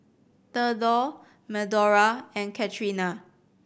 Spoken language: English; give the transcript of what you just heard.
Thedore Medora and Catrina